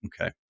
Okay